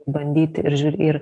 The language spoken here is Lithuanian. bandyti ir žiū ir